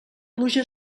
pluja